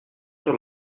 sur